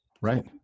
Right